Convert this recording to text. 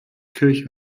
kirche